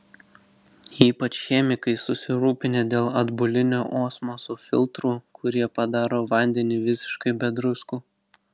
ypač chemikai susirūpinę dėl atbulinio osmoso filtrų kurie padaro vandenį visiškai be druskų